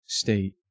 state